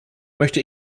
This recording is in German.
möchte